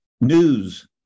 news